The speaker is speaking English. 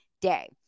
day